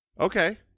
Okay